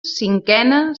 cinquena